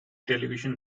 television